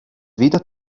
wieder